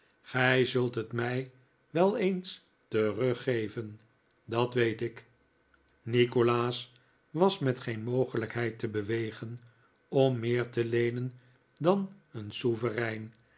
gij zult het mij wel eens teruggeven dat weet ik nikolaas was met geen mogelijkheid te bewegen om meer te leenen dan een souverein